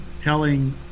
telling